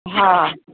हा